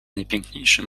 najpiękniejszy